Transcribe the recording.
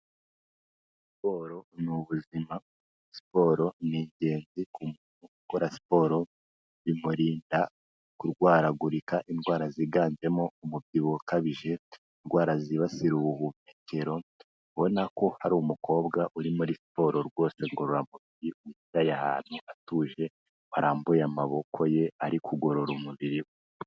Siporo ni ubuzima, siporo ni ingenzi ku muntu ukora siporo, bimurinda kurwaragurika indwara ziganjemo umubyibuho ukabije, indwara zibasira ubuhumekero, ubona ko hari umukobwa uri muri siporo rwose ngororamubiri wicaye ahantu atuje, warambuye amabokoye, ari kugorora umubiri we.